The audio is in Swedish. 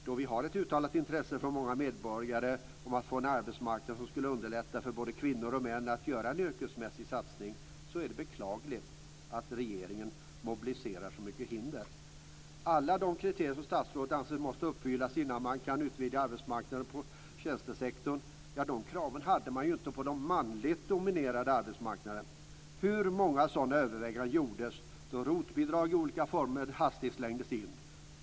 Då vi har ett uttalat intresse från många medborgare om att få en arbetsmarknad som skulle underlätta för både kvinnor och män att göra en yrkesmässig satsning är det att beklaga att regeringen mobiliserar så mycket hinder. Alla de kriterier som statsrådet anser måste uppfyllas innan man kan utvidga arbetsmarknaden inom tjänstesektorn, ja, de kraven hade man ju inte på den manligt dominerade arbetsmarknaden. Hur många sådana överväganden gjordes då ROT-bidrag i olika former hastigt slängdes in?